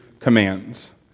commands